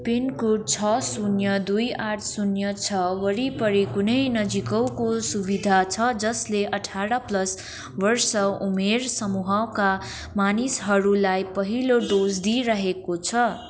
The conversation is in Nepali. पिनकोड छ शून्य दुई आठ शून्य छ वरिपरि कुनै नजिकौको सुविधा छ जसले अठार प्लस वर्ष उमेर समूहका मानिसहरूलाई पहिलो डोज दिइरहेको छ